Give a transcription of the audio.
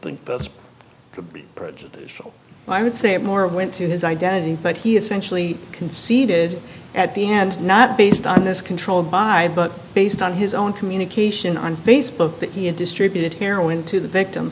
could be prejudicial i would say it more went to his identity but he essentially conceded at the end not based on this control by but based on his own communication on facebook that he had distributed heroin to the victim